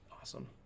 awesome